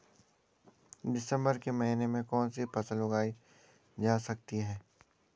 दिसम्बर के महीने में कौन सी फसल उगाई जा सकती है?